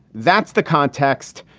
that's the context.